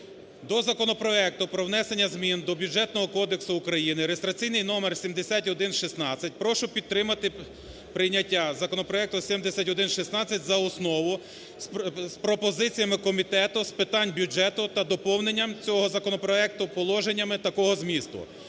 До законопроекту про внесення змін до Бюджетного кодексу України (реєстраційний номер 7116). Прошу підтримати прийняття законопроекту 7116 за основу з пропозиціями Комітету з питань бюджету та доповненням цього законопроекту положеннями такого змісту.